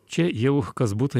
čia jau kas būtų